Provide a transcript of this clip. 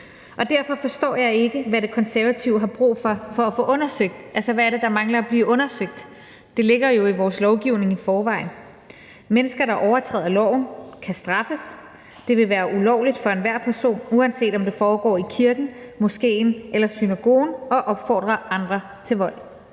Derfor forstår jeg ikke, hvad det er, De Konservative har brug for at få undersøgt – altså, hvad er det, der mangler at blive undersøgt? Det ligger jo i vores lovgivning i forvejen. Mennesker, der overtræder loven, kan straffes. Det vil være ulovligt for enhver person, uanset om det foregår i kirken, moskéen eller synagogen at opfordre andre til vold.